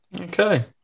Okay